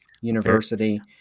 university